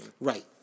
right